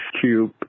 Cube